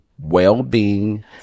well-being